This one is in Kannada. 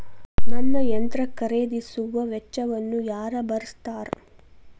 ನನ್ನ ಯಂತ್ರ ಖರೇದಿಸುವ ವೆಚ್ಚವನ್ನು ಯಾರ ಭರ್ಸತಾರ್?